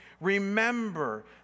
Remember